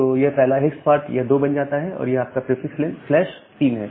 तो यह पहला हेक्स पार्ट यह 2 बन जाता है और ये आपका प्रीफिक्स फ्लैश 3 है